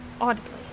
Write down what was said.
audibly